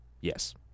Yes